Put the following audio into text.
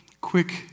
quick